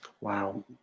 Wow